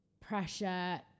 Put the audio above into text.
pressure